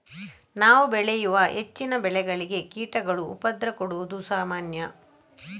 ನಾವು ಬೆಳೆಯುವ ಹೆಚ್ಚಿನ ಬೆಳೆಗಳಿಗೆ ಕೀಟಗಳು ಉಪದ್ರ ಕೊಡುದು ಸಾಮಾನ್ಯ